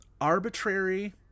arbitrary